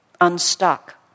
unstuck